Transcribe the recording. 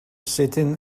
sitting